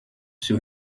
sur